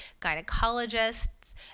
gynecologists